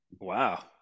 wow